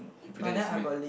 you pretend you sleeping